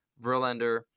Verlander